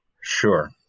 Sure